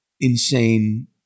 insane